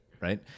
Right